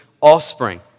offspring